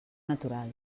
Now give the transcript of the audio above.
natural